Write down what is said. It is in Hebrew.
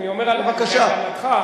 אני אומר על עמדתך, בבקשה.